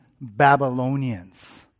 Babylonians